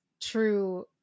true